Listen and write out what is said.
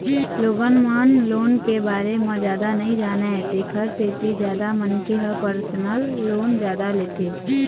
लोगन मन लोन के बारे म जादा नइ जानय तेखर सेती जादा मनखे ह परसनल लोन जादा लेथे